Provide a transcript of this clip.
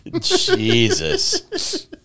jesus